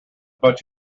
bunch